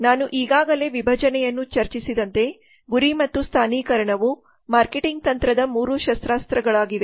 ನಾನು ಈಗಾಗಲೇ ವಿಭಜನೆಯನ್ನು ಚರ್ಚಿಸಿದಂತೆ ಗುರಿ ಮತ್ತು ಸ್ಥಾನೀಕರಣವು ಮಾರ್ಕೆಟಿಂಗ್ ತಂತ್ರದ 3 ಶಸ್ತ್ರಾಸ್ತ್ರಗಳಾಗಿವೆ